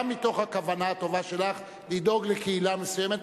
גם מתוך הכוונה הטובה שלך לדאוג לקהילה מסוימת,